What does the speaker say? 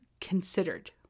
considered